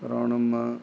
Ravanamma